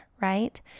right